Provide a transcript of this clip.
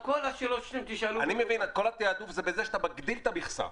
אני מבין שכל התעדוף הוא בזה שאתה מגביל את המכסה.